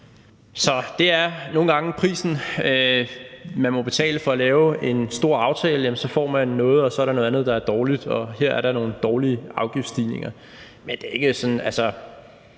Det er nogle gange prisen, man må betale, for at lave en stor aftale. Så får man noget, og så er der noget andet, der er dårligt, og her er der nogle dårlige afgiftsstigninger. Men det er jo heller